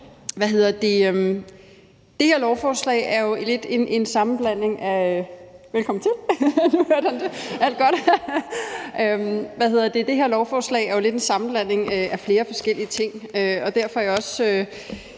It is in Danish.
Det her lovforslag er jo lidt en sammenblanding af flere forskellige ting,